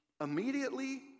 Immediately